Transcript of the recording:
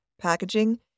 packaging